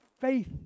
faith